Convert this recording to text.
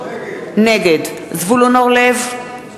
נגד זבולון אורלב,